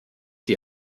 die